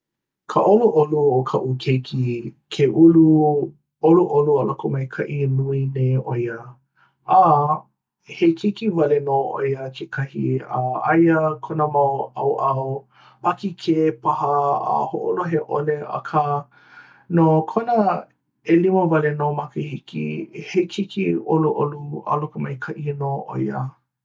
ka ʻoluʻolu o kaʻu keiki. ke ulu ʻoluʻolu a lokomaikaʻi nui nei ʻo ia a he keiki wale nō ʻo ia kekahi a aia kona mau ʻaoʻao pakikē paha a hoʻolohe ʻole akā no kona ʻelima wale nō makahiki, he keiki ʻoluʻolu a lokomaikeʻi nō ʻo ia.